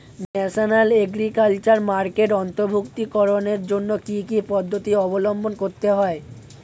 National agriculture মার্কেটে অন্তর্ভুক্তিকরণের জন্য কি কি পদ্ধতি অবলম্বন করতে হয়?